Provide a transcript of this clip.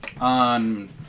on